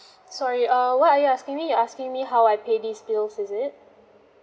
sorry uh what are you asking me you asking me how I pay these bilss is it